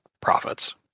profits